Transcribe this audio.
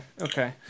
okay